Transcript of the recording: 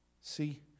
See